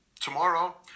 Tomorrow